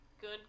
good